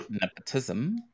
Nepotism